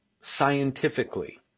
Scientifically